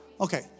Okay